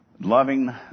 loving